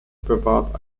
bewahrt